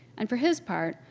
and for his part,